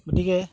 গতিকে